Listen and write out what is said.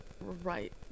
right